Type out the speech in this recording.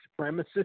supremacist